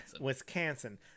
Wisconsin